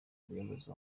umuyobozi